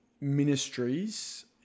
ministries